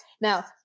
Now